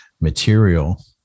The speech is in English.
material